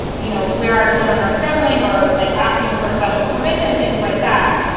you know, where our children are struggling or like asking for special permission, things like that.